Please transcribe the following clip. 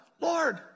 Lord